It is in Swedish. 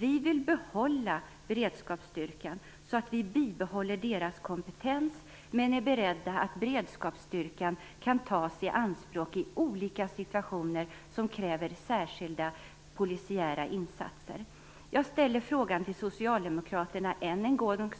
Vi vill behålla beredskapsstyrkan. Vi vill bibehålla beredskapsstyrkans kompetens men är beredda på att den kan tas i anspråk i olika situationer som kräver särskilda polisiära insatser. Jag ställer frågan till Socialdemokraterna än en gång: